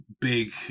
big